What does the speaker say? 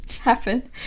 happen